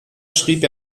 schrieb